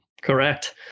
correct